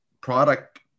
product